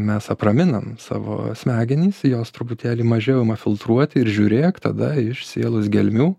mes apraminam savo smegenis jos truputėlį mažiau ima filtruoti ir žiūrėk tada iš sielos gelmių